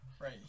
Right